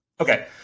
Okay